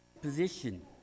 Position